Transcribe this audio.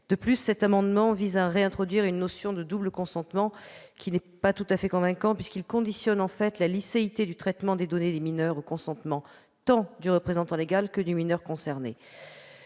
De plus, ces amendements visent à réintroduire une notion de double consentement qui n'est pas tout à fait convaincante, puisqu'elle conditionne la licéité du traitement des données des mineurs au consentement tant du représentant légal que du mineur concerné.